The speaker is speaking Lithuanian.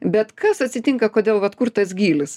bet kas atsitinka kodėl vat kur tas gylis